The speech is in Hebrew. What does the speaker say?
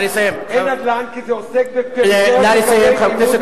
נא לסיים, חבר הכנסת